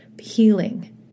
healing